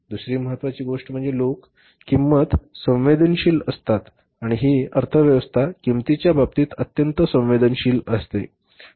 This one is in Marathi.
दुसरी महत्त्वाची गोष्ट म्हणजे लोक किंमत संवेदनशील असतात आणि ही अर्थव्यवस्था किंमतीच्या बाबतीत अत्यंत संवेदनशील असते